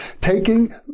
taking